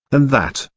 and that,